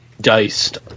diced